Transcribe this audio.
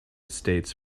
states